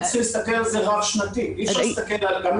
אנחנו צריכים להסתכל על זה רב-שנתי,